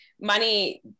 money